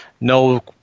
no